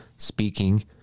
speaking